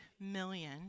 million